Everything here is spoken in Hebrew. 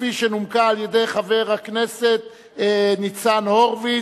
כפי שנומקה על-ידי חבר הכנסת ניצן הורוביץ,